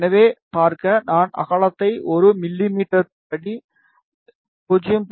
எனவே பார்க்க நான் அகலத்தை 1 மிமீ படி 0